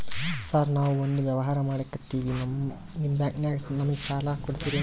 Sir ನಾವು ಒಂದು ವ್ಯವಹಾರ ಮಾಡಕ್ತಿವಿ ನಿಮ್ಮ ಬ್ಯಾಂಕನಾಗ ನಮಿಗೆ ಸಾಲ ಕೊಡ್ತಿರೇನ್ರಿ?